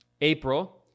April